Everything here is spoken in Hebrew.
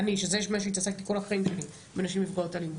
אני שזה מה שהתעסקתי כל החיים שלי בנשים נפגעות אלימות.